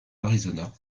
arizona